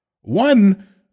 one